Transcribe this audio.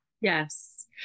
Yes